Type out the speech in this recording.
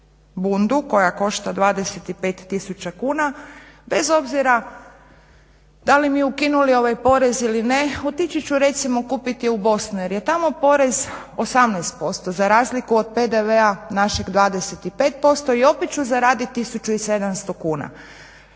bundu koja košta 25 tisuća kuna, bez obzira da li mi ukinuli ovaj porez ili ne otići ću recimo kupiti u Bosnu, jer je tamo porez 18%, za razliku od PDV-a našeg 25%, i opet ću zaraditi tisuću